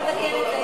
צריך לתקן את זה.